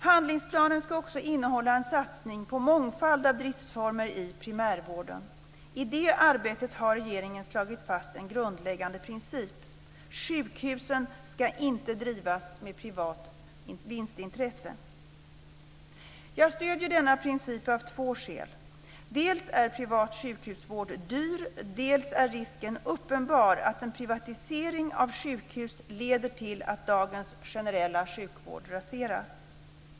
Handlingsplanen ska också innehålla en satsning på mångfald av driftsformer i primärvården. I det arbetet har regeringen slagit fast en grundläggande princip: Sjukhusen ska inte drivas med privat vinstintresse. Jag stöder denna princip av två skäl. Dels är privat sjukhusvård dyr, dels är risken uppenbar att en privatisering av sjukhus leder till att dagens generella sjukvård raseras.